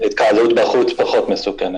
התקהלות בחוץ היא פחות מסוכנת.